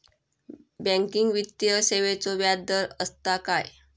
Banking वित्तीय सेवाचो व्याजदर असता काय?